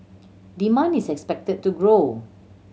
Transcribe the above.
demand is expected to grow